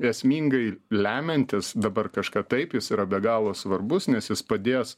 esmingai lemiantis dabar kažką taip jis yra be galo svarbus nes jis padės